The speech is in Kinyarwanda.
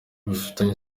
bifitanye